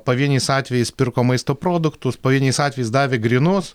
pavieniais atvejais pirko maisto produktus pavieniais atvejais davė grynus